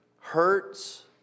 hurts